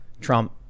Trump